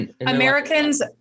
Americans